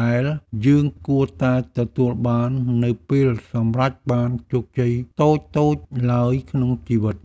ដែលយើងគួរតែទទួលបាននៅពេលសម្រេចបានជោគជ័យតូចៗឡើយក្នុងជីវិត។